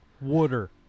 Water